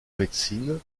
médecine